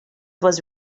was